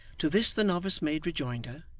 to this the novice made rejoinder,